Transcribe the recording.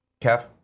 Kev